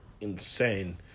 insane